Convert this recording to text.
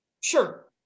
Sure